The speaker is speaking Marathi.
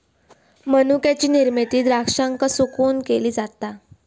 मनुक्याची निर्मिती द्राक्षांका सुकवून केली जाता